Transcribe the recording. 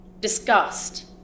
disgust